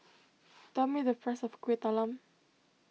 tell me the price of Kuih Talam